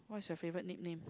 what is your favourite nickname